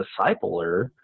discipler